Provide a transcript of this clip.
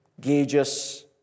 gauges